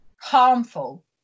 harmful